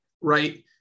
right